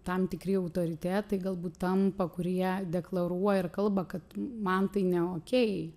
tam tikri autoritetai galbūt tampa kurie deklaruoja ir kalba kad man tai ne okei